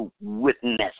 witness